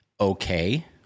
okay